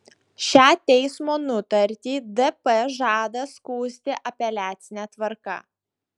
šią teismo nutartį dp žada skųsti apeliacine tvarka